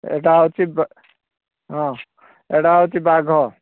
ଏଇଟା ହେଉଛି ହଁ ଏଇଟା ହେଉଛି ବାଘ